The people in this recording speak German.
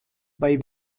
bei